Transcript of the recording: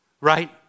Right